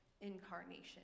incarnation